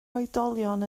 oedolion